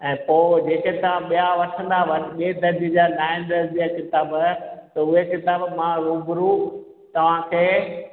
ऐं पोइ जेके तव्हां ॿिया वठंदव ॿिए दर्जे जा नाएं दर्जे जा किताब त उहे किताब मां रुबरू तव्हांखे